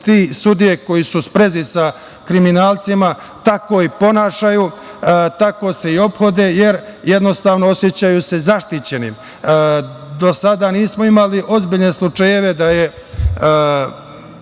te sudije koje su u sprezi sa kriminalcima tako i ponašaju, tako se i ophode, jer jednostavno, osećaju se zaštićenim. Do sada nismo imali ozbiljne slučajeve da je